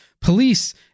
police